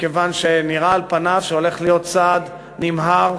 מכיוון שנראה על פניו שהולך להיות צעד נמהר,